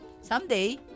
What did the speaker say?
someday